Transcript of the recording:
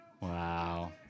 Wow